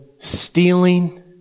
stealing